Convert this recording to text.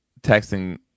texting